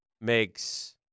makes